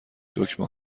دکمه